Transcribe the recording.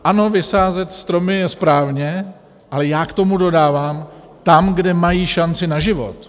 Ano, vysázet stromy je správně, ale já k tomu dodávám tam, kde mají šanci na život.